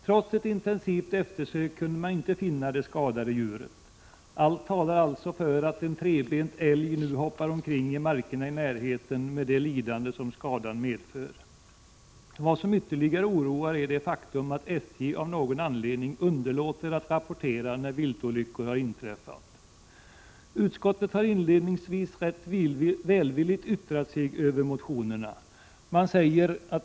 Trots ett intensivt sökande kunde man inte finna det skadade djuret. Allt talar alltså för att en trebent älg nu hoppar omkring i markerna i närheten, med det lidande som skadan medför. Vad som ytterligare oroar är det faktum att SJ av någon anledning underlåter att rapportera när viltolyckor har inträffat. Utskottet har inledningsvis yttrat sig rätt välvilligt över motionerna.